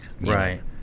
Right